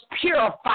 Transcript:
purify